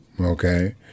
okay